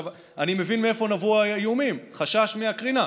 אני מבין מאיפה נבעו האיומים, חשש מהקרינה,